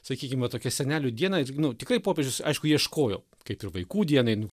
sakykim va tokią senelių dieną ir nu tikrai popiežius aišku ieškojo kaip ir vaikų dienai